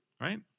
right